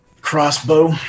crossbow